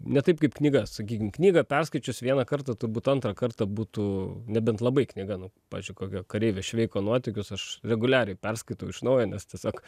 ne taip kaip knyga sakykim knygą perskaičius vieną kartą turbūt antrą kartą būtų nebent labai knyga nu pavyzdžiui kokia kareivio šveiko nuotykius aš reguliariai perskaitau iš naujo nes tiesiog